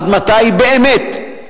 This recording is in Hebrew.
עד מתי באמת,